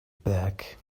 back